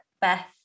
Beth